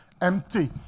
empty